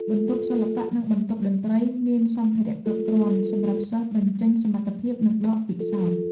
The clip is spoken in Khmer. បន្ទប់សិល្បៈនិងបន្ទប់តន្ត្រីមានសម្ភារៈគ្រប់គ្រាន់សម្រាប់សិស្សបញ្ចេញសមត្ថភាពនិងដកពិសោធន៍។